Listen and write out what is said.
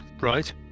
Right